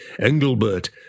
Engelbert